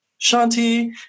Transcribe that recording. Shanti